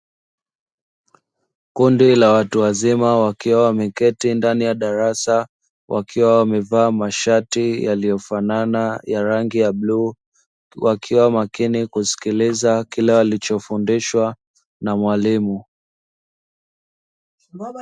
Kundi la watu wazima wakiwa wameketi ndani ya darasa wakiwa wamevaa mashati yaliyofanana ya rangi ya bluu, wakiwa makini kusikiliza kile walichofundishwa na mwalimu.